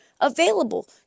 available